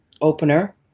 opener